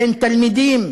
בין תלמידים